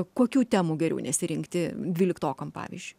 kokių temų geriau nesirinkti dvyliktokam pavyzdžiui